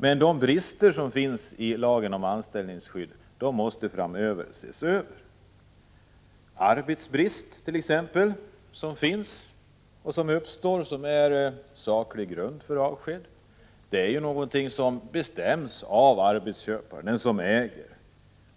Men de brister som finns i lagen om anställningsskydd måste ses över. Arbetsbrist som finns eller som uppstår — och som är saklig grund för avsked — är någonting som bestäms av arbetsköparen, den som äger